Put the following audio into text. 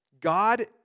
God